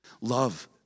Love